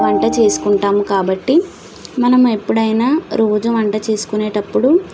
వంట చేసుకుంటాం కాబట్టి మనం ఎప్పుడైనా రోజు వంట చేసుకునేటప్పుడు